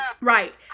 right